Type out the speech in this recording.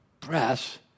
press